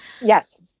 yes